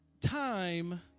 time